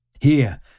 Here